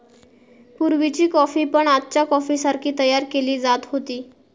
पुर्वीची कॉफी पण आजच्या कॉफीसारखी तयार केली जात होती